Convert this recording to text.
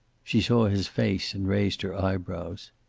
she saw his face and raised her eyebrows.